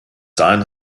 dahin